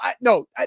no